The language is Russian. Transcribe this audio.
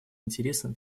интересам